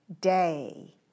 Day